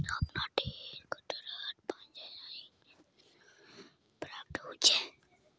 bank कर्मि ला ट्रेनिंगेर दौरान वाणिज्येर नियम सिखाल जा छेक